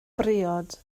briod